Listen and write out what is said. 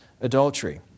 adultery